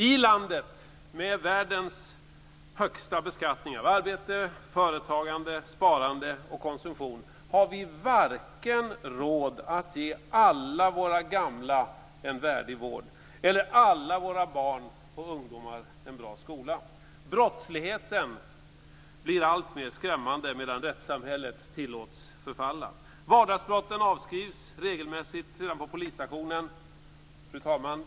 I landet, med världens högsta beskattning av arbete, företagande, sparande och konsumtion, har vi varken råd att ge alla våra gamla en värdig vård eller alla våra barn och ungdomar en bra skola. Brottsligheten blir alltmer skrämmande medan rättssamhället tillåts förfalla. Vardagsbrotten avskrivs regelmässigt redan på polisstationen. Fru talman!